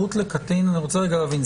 אני רוצה רגע להבין,